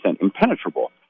impenetrable